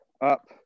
up